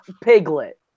piglet